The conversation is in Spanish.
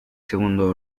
segundo